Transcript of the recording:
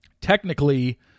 Technically